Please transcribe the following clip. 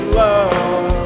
love